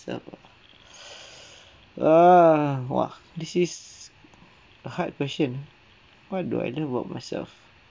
ah err !wah! this is a hard question what do I love about myself